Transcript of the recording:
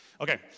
Okay